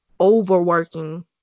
overworking